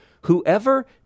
whoever